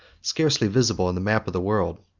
scarcely visible in the map of the world,